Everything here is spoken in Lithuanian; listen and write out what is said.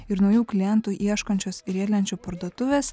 ir naujų klientų ieškančios riedlenčių parduotuvės